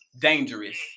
dangerous